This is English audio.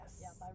Yes